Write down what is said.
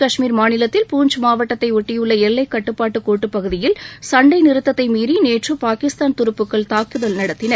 கஷ்மீர் மாநிலத்தில் பூஞ்ச் மாவட்டத்தை ஒட்டியுள்ள எல்லைக் கட்டுப்பாட்டு ஐம்மு கோட்டுப்பகுதியில் சண்டை நிறுத்ததை மீறி நேற்று பாகிஸ்தான் துருப்புகள் தாக்குதல் நடத்தின